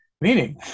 meaning